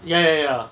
ya ya ya